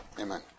Amen